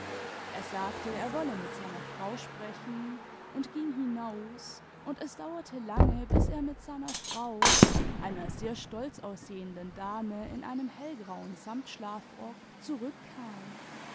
er sagte er wolle mit seiner frau sprechen und ging hinaus und es dauerte lange bis er mit seiner frau einer sehr stolz aussehendi dame in einem hellgrauen samtschlafrock zurückkam